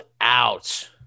out